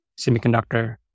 semiconductor